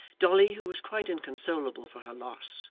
dolly, who was quite inconsolable for her loss,